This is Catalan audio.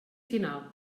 final